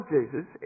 Jesus